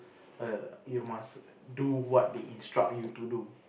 err you must do what they instruct you to do